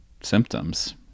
symptoms